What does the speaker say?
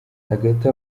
hagati